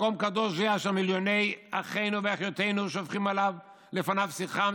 מקום קדוש שהיה שם מיליוני אחינו ואחיותינו שופכים לפניו שיחם,